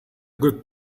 good